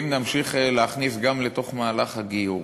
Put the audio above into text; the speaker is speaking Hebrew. אם נמשיך להכניס גם לתוך מהלך הגיור